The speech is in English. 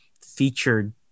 featured